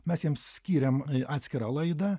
mes jiems skyrėm atskirą laidą